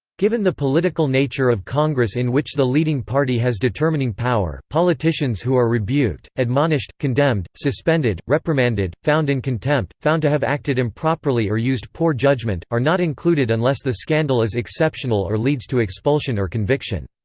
given the political nature of congress in which the leading party has determining determining power, politicians who are rebuked, admonished, condemned, suspended, reprimanded, found in contempt, found to have acted improperly or used poor judgement, are not included unless the scandal is exceptional or leads to expulsion or conviction.